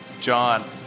John